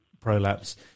prolapse